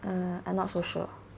mm I not so sure